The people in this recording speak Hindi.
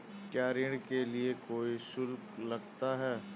क्या ऋण के लिए कोई शुल्क लगता है?